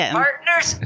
partners